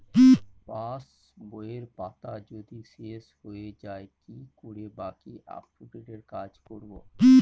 পাসবইয়ের পাতা যদি শেষ হয়ে য়ায় কি করে বাকী আপডেটের কাজ করব?